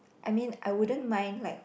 I mean I wouldn't mind like